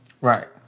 Right